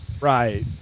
Right